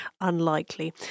unlikely